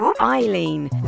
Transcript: Eileen